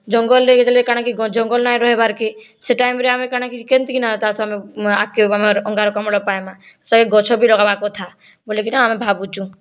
ଜଙ୍ଗଲରେ ଯେତେବେଲେ କାଣା'କି ଜଙ୍ଗଳ ନାଇଁ ରହିବାରକେ ସେ ଟାଇମରେ ଆମେ କାଣା'କି କେମିତିକିନା ତା ସହ ଆମେ ଆଗକେ ଆମର ଅଙ୍ଗାରକାମ୍ଳ ପାଏମା ସେଇ ଗଛ ବି ଲଗେଇବା କଥା ବୋଲିକିନା ଆମେ ଭାବୁଛୁଁ